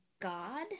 God